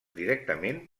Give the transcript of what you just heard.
directament